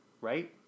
right